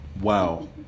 Wow